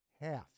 half